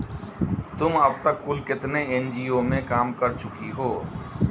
तुम अब तक कुल कितने एन.जी.ओ में काम कर चुकी हो?